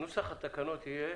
נוסח התקנות יהיה